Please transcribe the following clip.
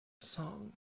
song